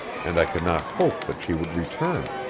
and i could not hope that she would return.